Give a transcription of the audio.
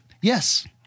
Yes